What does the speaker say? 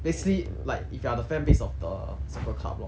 basically like if you are the fan base of the soccer club lor